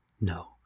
No